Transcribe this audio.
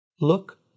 look